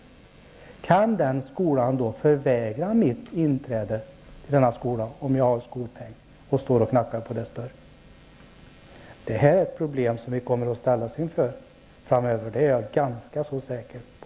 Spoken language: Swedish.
Kan den skolan förvägra mig inträde, om jag har skolpeng och står och knackar på dess dörr? Det här är problem som vi kommer att ställas inför framöver. Det är jag ganska så säker på.